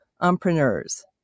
entrepreneurs